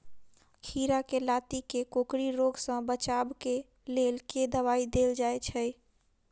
खीरा केँ लाती केँ कोकरी रोग सऽ बचाब केँ लेल केँ दवाई देल जाय छैय?